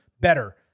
better